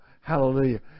Hallelujah